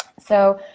so,